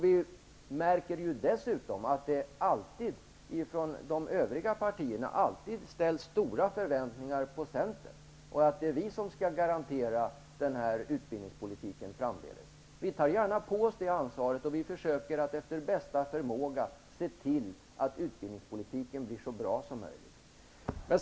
Vi märker ju dessutom att det från de övriga partierna alltid ställs stora förväntningar på centern -- och att det är vi som skall garantera utbildningspolitiken framdeles. Vi tar gärna på oss det ansvaret, och vi försöker efter förmåga se till att utbildningspolitiken blir så bra som möjligt.